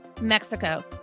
Mexico